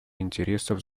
интересов